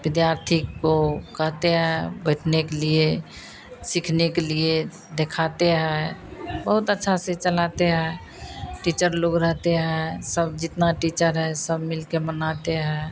विद्यार्थी को कहते हैं बैठने के लिए सीखने के लिए दिखाते हैं बहुत अच्छा से चलाते हैं टीचर लोग रहते हैं सब जितना टीचर है सब मिलकर मनाते हैं